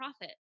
profit